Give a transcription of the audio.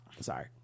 sorry